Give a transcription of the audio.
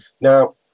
Now